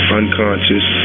unconscious